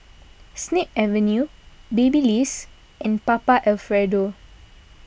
Snip Avenue Babyliss and Papa Alfredo